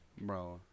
Bro